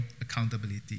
accountability